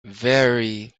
very